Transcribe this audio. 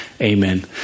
Amen